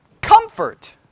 Comfort